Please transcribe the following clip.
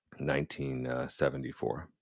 1974